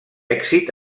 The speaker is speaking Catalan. èxit